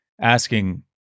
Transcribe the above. asking